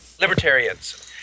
Libertarians